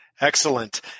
Excellent